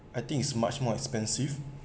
I think is much more expensive